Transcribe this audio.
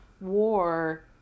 War